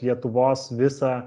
lietuvos visą